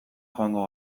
joango